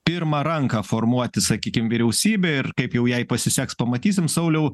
pirmą ranką formuoti sakykim vyriausybę ir kaip jau jai pasiseks pamatysim sauliau